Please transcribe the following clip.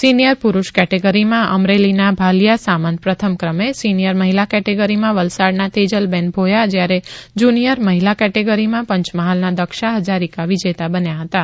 senior પુરૂષ કેટેગરીમાં અમરેલીના ભાલીયા સામંત પ્રથમ ક્રમે સિનિયર મહિલા કેટેગરીમાં વલસાડના તેજલબેન ભોથા જ્યારે જુનિયર મહિલા કેટેગરીમાં પંચમહાલના દક્ષા હજારિકા વિજેતા બન્યા હતાં